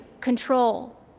control